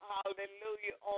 Hallelujah